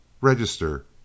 Register